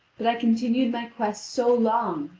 but i continued my quest so long,